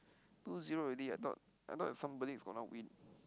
two zero already I thought I thought somebody is gonna win